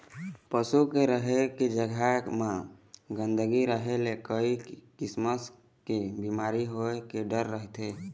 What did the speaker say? पशु के रहें के जघा म गंदगी रहे ले कइ किसम के बिमारी होए के डर रहिथे